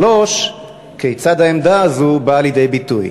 3. כיצד העמדה הזאת באה לידי ביטוי?